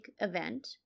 event